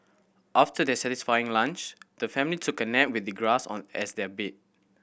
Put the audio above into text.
after their satisfying lunch the family took a nap with the grass on as their bed